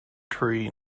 tree